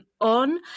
on